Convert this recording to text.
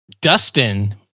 dustin